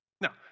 Now